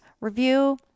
review